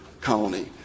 Colony